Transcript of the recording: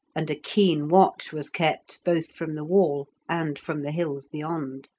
and a keen watch was kept both from the wall and from the hills beyond.